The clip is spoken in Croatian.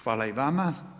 Hvala i vama.